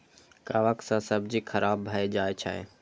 कवक सं सब्जी खराब भए जाइ छै